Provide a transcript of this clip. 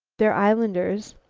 they're islanders.